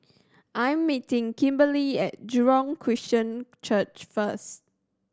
I'm meeting Kimberlie at Jurong Christian Church first